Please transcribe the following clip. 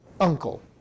uncle